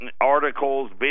articles